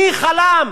מי חלם